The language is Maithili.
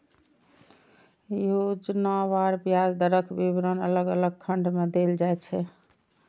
योजनावार ब्याज दरक विवरण अलग अलग खंड मे देल जाइ छै